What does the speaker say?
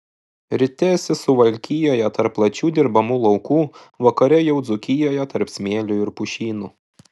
ryte esi suvalkijoje tarp plačių dirbamų laukų vakare jau dzūkijoje tarp smėlių ir pušynų